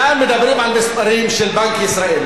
כאן מדברים על מספרים של בנק ישראל,